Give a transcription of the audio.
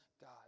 God